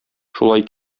шулай